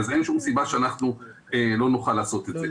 אז אין שום סיבה שאנחנו לא נוכל לעשות את זה.